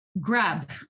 grab